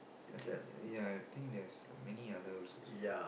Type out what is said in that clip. I think ya I think there's many other lah